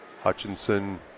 Hutchinson